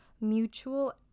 mutual